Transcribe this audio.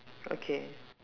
okay